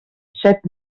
set